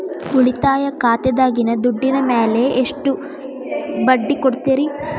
ಉಳಿತಾಯ ಖಾತೆದಾಗಿನ ದುಡ್ಡಿನ ಮ್ಯಾಲೆ ಎಷ್ಟ ಬಡ್ಡಿ ಕೊಡ್ತಿರಿ?